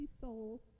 soul